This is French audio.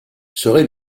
serait